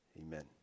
amen